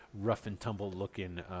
rough-and-tumble-looking